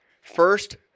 first